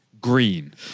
green